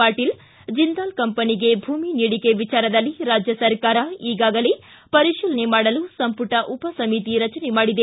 ಪಾಟೀಲ್ ಜಿಂದಾಲ್ ಕಂಪನಿಗೆ ಭೂಮಿ ನೀಡಿಕೆ ವಿಚಾರದಲ್ಲಿ ರಾಜ್ವ ಸರ್ಕಾರ ಈಗಾಗಲೇ ಪರಿತೀಲನೆ ಮಾಡಲು ಸಂಪುಟ ಉಪಸಮಿತಿ ರಚನೆ ಮಾಡಿದೆ